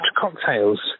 cocktails